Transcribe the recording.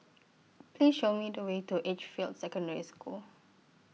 Please Show Me The Way to Edgefield Secondary School